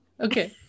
Okay